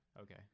Okay